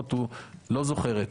לא זוכרת?